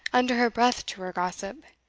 under her breath to her gossip,